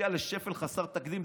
הגיעה לשפל חסר תקדים.